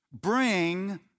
bring